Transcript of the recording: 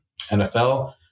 NFL